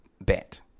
bet